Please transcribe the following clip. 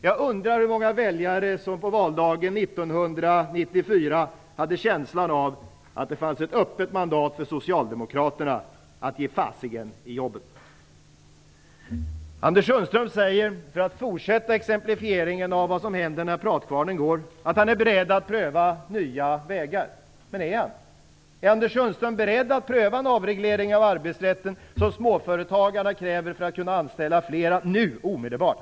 Jag undrar hur många väljare som på valdagen 1994 hade känslan av att det fanns ett öppet mandat för Socialdemokraterna att ge fasiken i jobben. Anders Sundström säger, för att fortsätta exemplifieringen av vad som händer när pratkvarnen går, att han är beredd att pröva nya vägar. Men är han det? Är Anders Sundström beredd att pröva en avreglering av arbetsrätten, som småföretagarna kräver för att kunna anställa fler omedelbart?